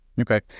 Okay